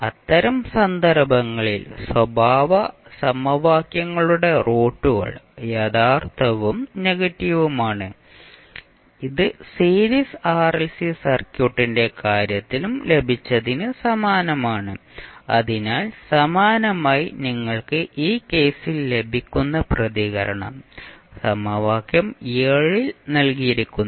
അത്തരം സന്ദർഭങ്ങളിൽ സ്വഭാവ സമവാക്യങ്ങളുടെ റൂട്ടുകൾ യഥാർത്ഥവും നെഗറ്റീവുമാണ് ഇത് സീരീസ് ആർഎൽസി സർക്യൂട്ടിന്റെ കാര്യത്തിലും ലഭിച്ചതിന് സമാനമാണ് അതിനാൽ സമാനമായി നിങ്ങൾക്ക് ഈ കേസിൽ ലഭിക്കുന്ന പ്രതികരണം സമവാക്യം ൽ നൽകിയിരിക്കുന്നു